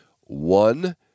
one